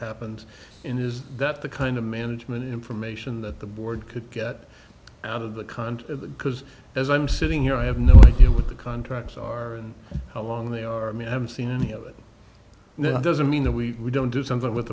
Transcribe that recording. happened in is that the kind of management information that the board could get out of the content because as i'm sitting here i have no idea what the contracts are and how long they are i mean i haven't seen any of it now doesn't mean that we don't do something with